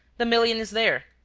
the million is there.